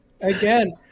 again